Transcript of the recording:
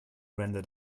render